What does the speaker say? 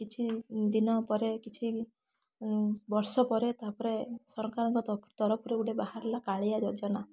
କିଛି ଦିନ ପରେ କିଛି ବର୍ଷପରେ ତାପରେ ସରକାରଙ୍କ ତରଫରୁ ଗୋଟେ ବାହାରିଲା କାଳିଆ ଯୋଜନା